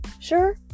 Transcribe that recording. Sure